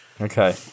Okay